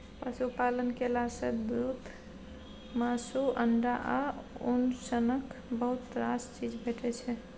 पशुपालन केला सँ दुध, मासु, अंडा आ उन सनक बहुत रास चीज भेटै छै